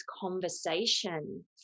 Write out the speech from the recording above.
conversation